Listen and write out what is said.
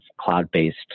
cloud-based